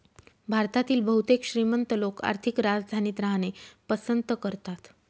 भारतातील बहुतेक श्रीमंत लोक आर्थिक राजधानीत राहणे पसंत करतात